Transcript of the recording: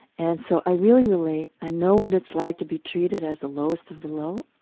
and so i really relate. i know what it's like to be treated as the lowest of the low.